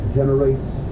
generates